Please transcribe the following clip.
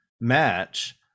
match